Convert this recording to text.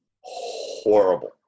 Horrible